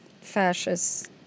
fascists